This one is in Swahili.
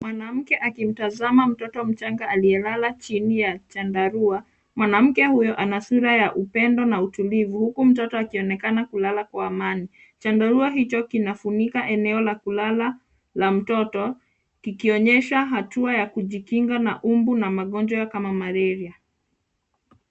Mwanamke akimtazama mtoto mchanga aliyelala chini ya chandarua. Mwanamke huyo ana sura ya upendo na utulivu huku mtoto akionekana kulala kwa amani. Chandarua hicho kinafunika eneo la kulala la mtoto, kikionyesha hatua ya kujikinga na mbu na magonjwa kama malaria.